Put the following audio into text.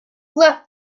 left